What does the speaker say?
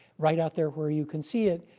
right out there where you can see it,